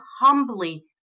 humbly